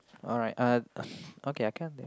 alright uh I can't there